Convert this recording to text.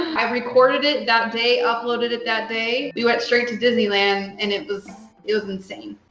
i recorded it that day, uploaded it that day. we went straight to disneyland. and it was, it was insane.